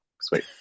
sweet